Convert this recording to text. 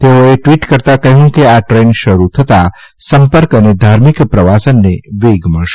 તેઓએ ટ્વીટ કરતાં કહ્યું કે આ ટ્રેન શરૂ થતાં સંપર્ક અને ધાર્મિક પ્રવાસનને વેગ મળશે